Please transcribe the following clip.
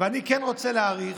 ואני כן רוצה להעריך,